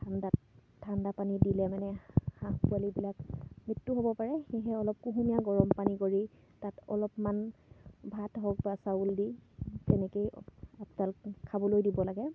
ঠাণ্ডাত ঠাণ্ডা পানী দিলে মানে হাঁহ পোৱালিবিলাক মৃত্যু হ'ব পাৰে সেয়েহে অলপ কুহুমীয়া গৰম পানী কৰি তাত অলপমান ভাত হওক বা চাউল দি তেনেকৈয়ে আপডাল খাবলৈ দিব লাগে